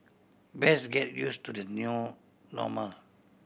best get use to the new normal